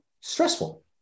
stressful